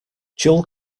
dual